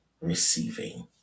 receiving